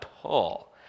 pull